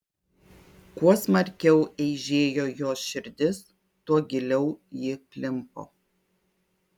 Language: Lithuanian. kuo smarkiau eižėjo jos širdis tuo giliau ji klimpo